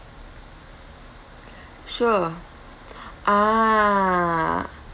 sure ah